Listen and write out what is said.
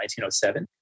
1907